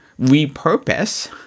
repurpose